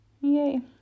yay